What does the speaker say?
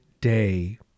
day